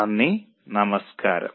നന്ദി നമസ്കാരം